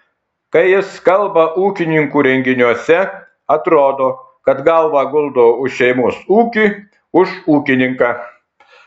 kai jis kalba ūkininkų renginiuose atrodo kad galvą guldo už šeimos ūkį už ūkininką